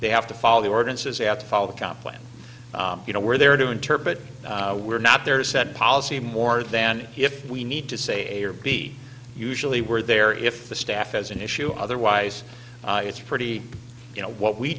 they have to follow the ordinances have to follow the compliment you know we're there to interpret we're not there to set policy more than if we need to say a or b usually we're there if the staff as an issue otherwise it's pretty you know what we